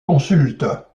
consulte